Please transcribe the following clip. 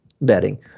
betting